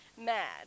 Mad